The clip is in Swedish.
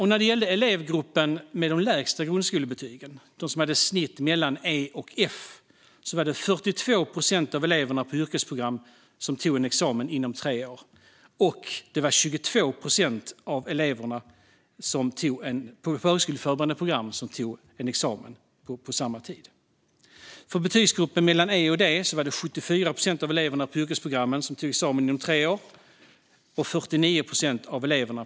I elevgruppen med de lägsta grundskolebetygen, i snitt mellan E och F, tog 42 procent av eleverna på yrkesprogram examen inom tre år. På högskoleförberedande program tog 22 procent examen på samma tid. För betygsgruppen mellan E och D tog 74 procent av eleverna på yrkesprogrammen examen inom tre år.